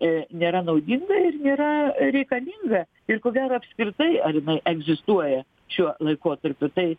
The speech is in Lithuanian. ė nėra naudinga ir nėra reikalinga ir ko gero apskritai ar jinai egzistuoja šiuo laikotarpiu tai